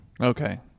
okay